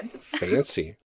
fancy